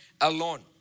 alone